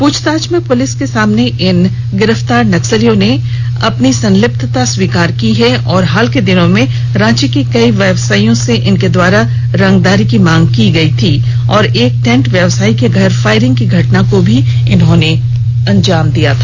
प्रछताछ में प्रलिस के समक्ष इन गिरफ्तार नक्सलियों ने स्वीकार किया है कि हाल के दिनों में रांची के कई व्यवसायियों से इनके द्वारा रंगदारी की मांग की गयी थी और एक टेंट व्यवसायी के घर फायरिंग की घटना को भी अंजाम दिया गया था